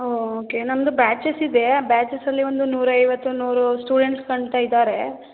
ಹಾಂ ಓಕೆ ನಮ್ಮದು ಬ್ಯಾಚಸ್ ಇದೆ ಬ್ಯಾಚಸ್ಸಲ್ಲಿ ಒಂದು ನೂರೈವತ್ತು ನೂರು ಸ್ಟೂಡೆಂಟ್ಸ್ ತನಕ ಇದ್ದಾರೆ